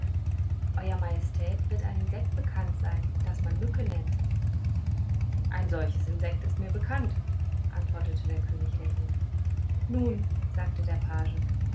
euer majestät wird ein insekt bekannt sein das man eine mücke nennt ein solches insekt ist mir bekannt antwortete der könig lächelnd nun sagte der page